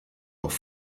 auch